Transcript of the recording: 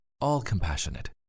all-compassionate